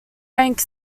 rank